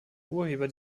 urheber